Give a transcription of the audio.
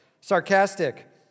Sarcastic